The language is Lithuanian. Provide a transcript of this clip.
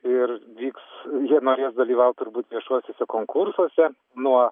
ir vyks jie norės dalyvaut turbūt viešuosiuose konkursuose nuo